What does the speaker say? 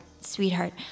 sweetheart